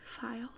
file